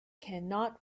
cannot